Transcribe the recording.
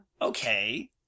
Okay